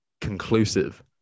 conclusive